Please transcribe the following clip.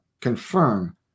confirm